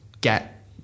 get